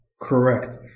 correct